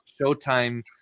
showtime